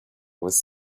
was